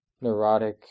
neurotic